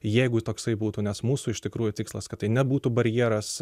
jeigu toksai būtų nes mūsų iš tikrųjų tikslas kad tai nebūtų barjeras